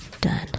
done